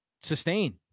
sustain